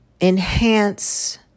enhance